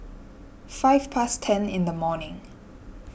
five past ten in the morning